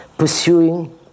Pursuing